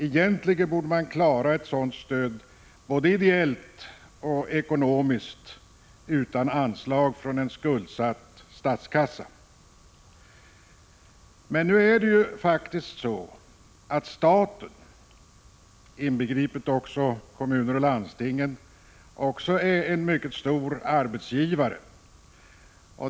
Egentligen borde man klara ett sådant stöd både ideellt och ekonomiskt utan anslag från en skuldsatt statskassa. Men nu är faktiskt också staten, inbegripet kommuner och landsting, en mycket stor arbetsgivare.